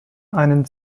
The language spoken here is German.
einen